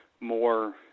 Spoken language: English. more